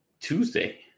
Tuesday